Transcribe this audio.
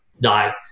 die